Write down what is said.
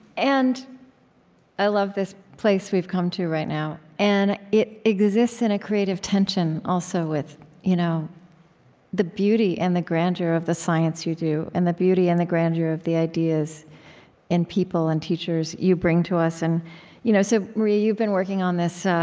and i love this place we've come to right now, and it exists in a creative tension, also, with you know the beauty and the grandeur of the science you do, and the beauty and the grandeur of the ideas and people and teachers you bring to us. and you know so, maria, you've been working on this